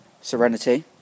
serenity